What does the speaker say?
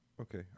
Okay